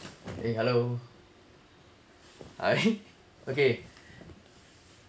eh hello ah eh okay